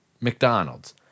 mcdonald's